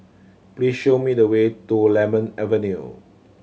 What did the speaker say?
please show me the way to Lemon Avenue